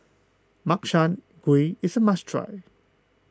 Makchang Gui is a must try